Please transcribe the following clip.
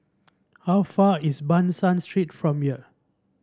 how far is Ban San Street from here